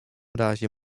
razie